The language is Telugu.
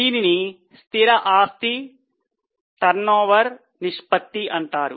దీనిని స్థిర ఆస్తి ఉంది